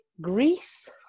Greece